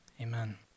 amen